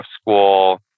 school